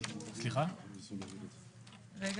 אני רק